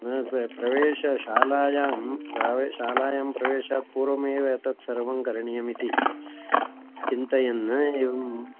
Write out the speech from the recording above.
न प्रवेश शालायां शालायां प्रवेशात् पूर्वमेव तत्सर्वं करणीयमिति चिन्तयन् एवम्